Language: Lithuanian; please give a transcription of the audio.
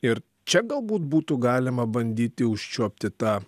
ir čia galbūt būtų galima bandyti užčiuopti tą